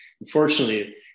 unfortunately